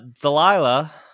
Delilah